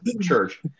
church